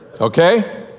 okay